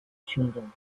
children